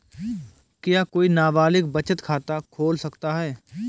क्या कोई नाबालिग बचत खाता खोल सकता है?